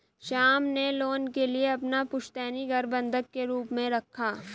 श्याम ने लोन के लिए अपना पुश्तैनी घर बंधक के रूप में रखा